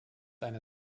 eine